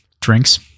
Drinks